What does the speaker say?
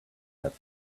let